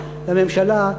לממשלה,